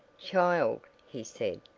child, he said,